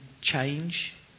change